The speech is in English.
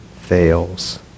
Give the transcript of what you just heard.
fails